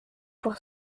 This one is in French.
pour